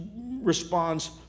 responds